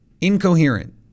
incoherent